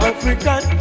African